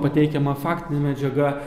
pateikiama faktinė medžiaga